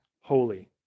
holy